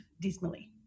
dismally